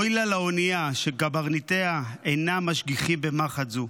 אוי לה לאונייה שקברניטיה אינם משגיחים במחט זו,